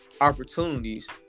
opportunities